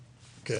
אני